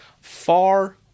Far